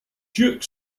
jerk